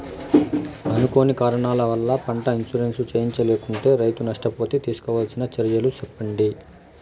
అనుకోని కారణాల వల్ల, పంట ఇన్సూరెన్సు చేయించలేకుంటే, రైతు నష్ట పోతే తీసుకోవాల్సిన చర్యలు సెప్పండి?